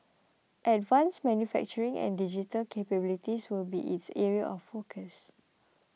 advanced manufacturing and digital capabilities will be its areas of focus